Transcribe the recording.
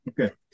Okay